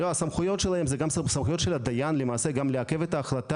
אני רוצה לסכם את הנקודה